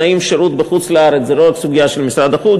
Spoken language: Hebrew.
תנאי שירות בחוץ-לארץ הם לא רק סוגיה של משרד החוץ,